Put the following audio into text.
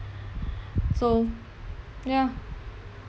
so ya